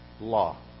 law